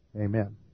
Amen